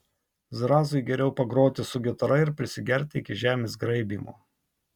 zrazui geriau pagroti su gitara ir prisigerti iki žemės graibymo